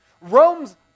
Rome's